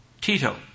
Tito